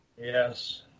Yes